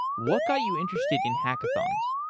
what got you interested in hackathons?